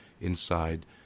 Inside